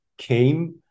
Came